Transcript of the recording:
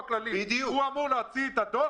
על קבלנים קטנים ובינוניים ולא על טייקונים.